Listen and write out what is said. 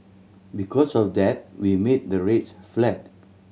because of that we made the rates flat